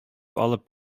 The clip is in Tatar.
алып